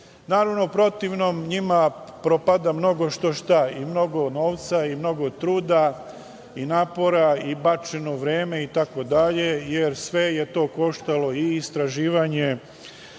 u protivnom njima propada mnogo štošta, mnogo novca, mnogo truda i napora, bačeno vreme itd, jer sve je to koštalo istraživanja,